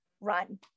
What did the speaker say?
run